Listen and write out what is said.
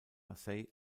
marseille